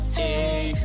hey